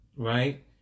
right